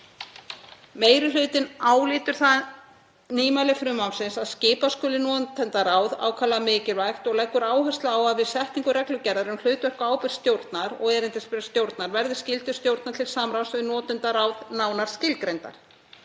Meiri hlutinn álítur það nýmæli frumvarpsins að skipa skuli notendaráð ákaflega mikilvægt og leggur áherslu á að við setningu reglugerðar um hlutverk og ábyrgð stjórnar og erindisbréfs stjórnar verði skyldur stjórnar til samráðs við notendaráð nánar skilgreindar.